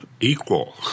equal